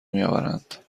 میآورند